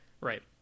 Right